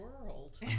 world